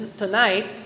tonight